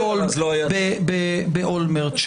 באולמרט,